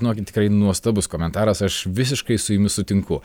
žinokit tikrai nuostabus komentaras aš visiškai su jumis sutinku